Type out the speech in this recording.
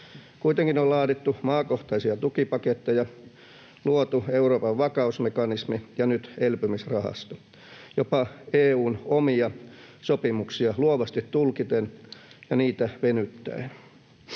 Kuitenkin on laadittu maakohtaisia tukipaketteja, luotu Euroopan vakausmekanismi ja nyt elpymisrahasto jopa EU:n omia sopimuksia luovasti tulkiten ja niitä venyttäen.